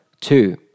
Two